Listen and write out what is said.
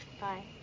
Bye